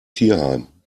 tierheim